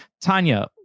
Tanya